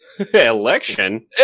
Election